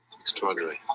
Extraordinary